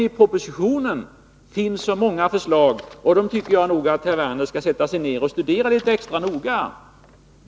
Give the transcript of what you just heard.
I propositionen finns så många förslag, och dem tycker jag att herr Werner skall studera extra noga.